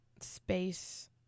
space